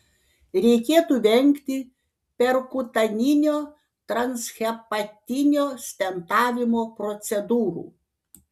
reikėtų vengti perkutaninio transhepatinio stentavimo procedūrų